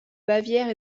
bavière